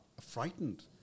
frightened